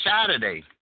Saturday